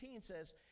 says